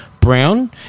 Brown